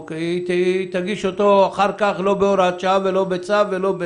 היא תגיש אותו אחר כך לא בהוראת שעה ולא בצו.